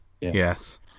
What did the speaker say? Yes